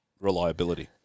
reliability